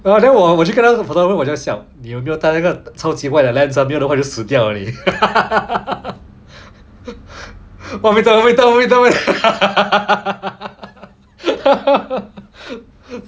!wah! then 我就跟那个我的 friend 问我我就笑你有没有带那个超级 wide 的 lens 没有的话就死掉 leh one metre one metre one metre